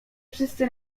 wszyscy